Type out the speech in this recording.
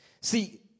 See